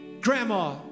Grandma